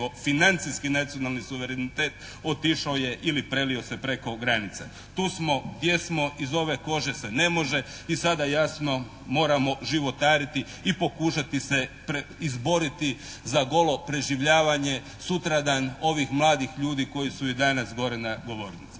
financijski nacionalni suverenitet otišao je ili prelio se preko granica. Tu smo gdje smo, iz ove kože se ne može. I sada jasno moramo životariti i pokušati se izboriti za golo preživljavanje sutradan ovih mladih ljudi koji su i danas gore na govornici,